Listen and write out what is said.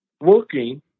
working